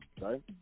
Right